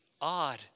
odd